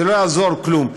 לא יעזור כלום,